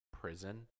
prison